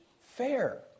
fair